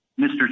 Mr